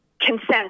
consent